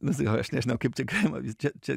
nu aš sakau aš nežinau kaip tai galima čia čia